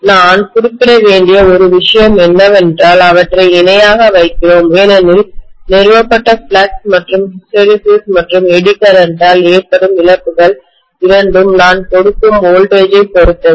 நான் குறிப்பிட வேண்டிய ஒரு விஷயம் என்னவென்றால் அவற்றை இணையாக வைக்கிறோம் ஏனெனில் நிறுவப்பட்ட ஃப்ளக்ஸ் மற்றும் ஹிஸ்டெரெசிஸ் மற்றும் எடிகரண்ட் ஆல் ஏற்படும் இழப்புகள் இரண்டும் நான் கொடுக்கும் வோல்டேஜ் ஐப் பொறுத்தது